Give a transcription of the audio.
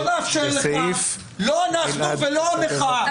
לא נאפשר לך, לא אנחנו ולא המחאה.